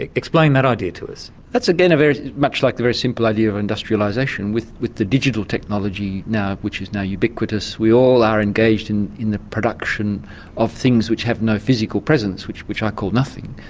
ah explain that idea to us. that's again very much like the very simple idea of industrialisation. with with the digital technology which is now ubiquitous, we all are engaged in in the production of things which have no physical presence, which which i call nothing.